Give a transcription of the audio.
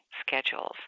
schedules